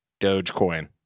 dogecoin